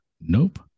Nope